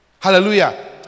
Hallelujah